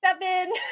Seven